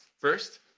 First